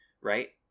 right